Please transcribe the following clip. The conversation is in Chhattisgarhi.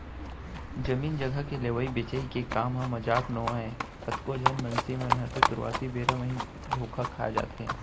जमीन जघा के लेवई बेचई के काम ह मजाक नोहय कतको झन मनसे मन ह तो सुरुवाती बेरा म ही धोखा खा जाथे